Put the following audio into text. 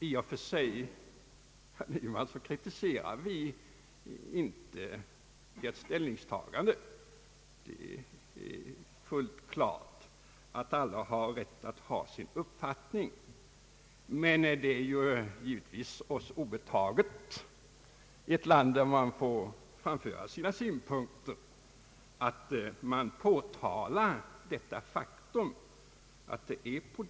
I och för sig, herr Nyman, kritiserar vi inte ert ställningstagande. Det är fullt klart att alla har rätt att ha sin uppfattning. Det är dock givetvis oss obetaget — i ett land där man får framföra sina synpunkter — att påtala ett sådant faktum.